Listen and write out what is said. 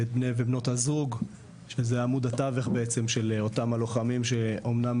בני ובנות הזוג שזה עמוד התווך בעצם של אותם הלוחמים שאומנם